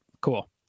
cool